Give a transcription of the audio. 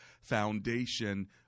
foundation